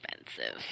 expensive